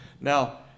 Now